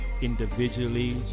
individually